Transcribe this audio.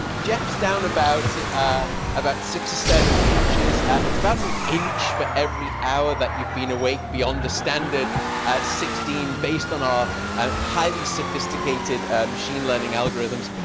jeff's down about about six or seven inches. it's about an inch for every hour that you've been awake beyond the standard sixteen based on our ah highly sophisticated machine-learning algorithms.